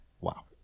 Wow